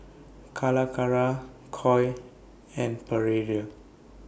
Calacara Koi and Perrier